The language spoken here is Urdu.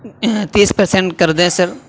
تیس پرسںٹ کر دیں سر